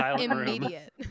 immediate